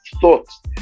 thoughts